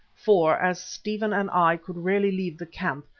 for, as stephen and i could rarely leave the camp,